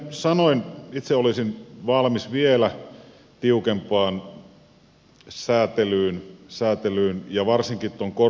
kuten sanoin itse olisin valmis vielä tiukempaan sääntelyyn ja varsinkin tuon koron osalta